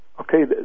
okay